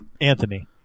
Anthony